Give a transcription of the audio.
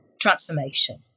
Transformation